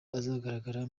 azagaragara